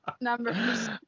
numbers